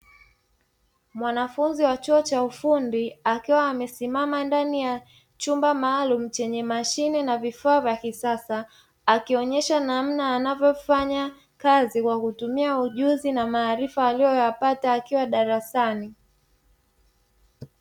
Mwanafunzi wa chuo cha ufundi, akiwa amesimama ndani ya chumba maalumu chenye mashine na vifaa vya kisasa. Akionyesha namna anavyofanya kazi, kwa kutumia ujuzi na maarifa aliyoyapata akiwa darasani.